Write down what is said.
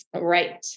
Right